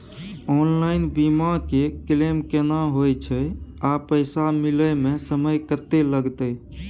Online बीमा के claim केना होय छै आ पैसा मिले म समय केत्ते लगतै?